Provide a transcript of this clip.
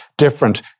Different